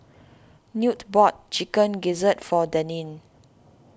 Newt bought Chicken Gizzard for Deneen